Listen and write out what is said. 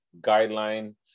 guideline